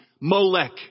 Molech